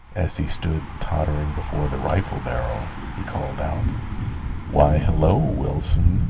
as he stood tottering before the rifle barrel, he called out why, hello, wilson,